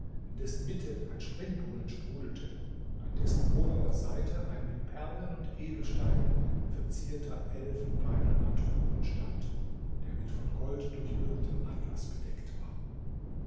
in dessen mitte ein springbrunnen sprudelte und an dessen oberer seite ein mit perlen und edelsteinen verzierter elfenbeinerner thron stand der mit von gold durchwirktem atlas bedeckt war